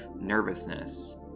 nervousness